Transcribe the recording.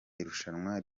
irushanwa